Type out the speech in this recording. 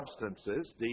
substances